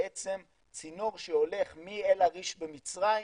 בעצם צינור שהולך מאל עריש במצרים,